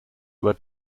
were